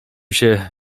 się